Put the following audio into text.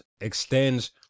extends